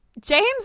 James